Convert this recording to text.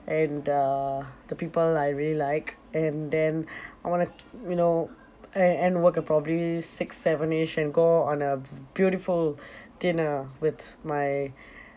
and uh the people I really like and then I want to you know end end work at probably six sevenish and go on a b~ beautiful dinner with my